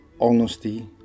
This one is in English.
honesty